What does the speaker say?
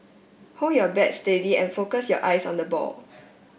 hold your bat steady and focus your eyes on the ball